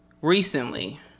recently